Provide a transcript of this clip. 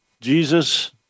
Jesus